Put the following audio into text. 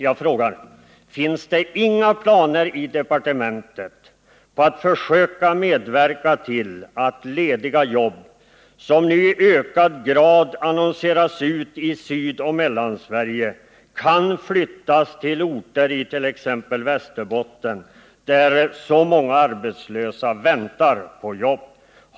Jag frågar: Finns det inga planer i departementet på att försöka medverka till att lediga jobb som nu i ökad utsträckning annonseras ut i Sydoch Mellansverige kan flyttas till orter i t.ex. Västerbotten, där så många arbetslösa väntar på jobb?